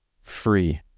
Free